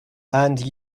and